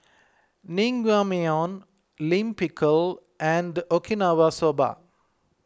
Naengmyeon Lime Pickle and Okinawa Soba